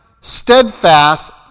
steadfast